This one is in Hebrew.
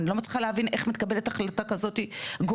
אני לא מצליחה להבין איך מתקבלת החלטה כזאת גורלית,